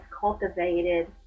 cultivated